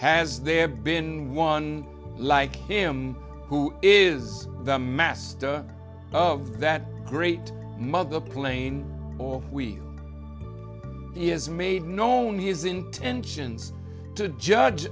has there been one like him who is the master of that great muggle plane or we he has made known his intentions to judge